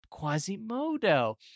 Quasimodo